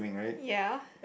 ya